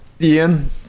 Ian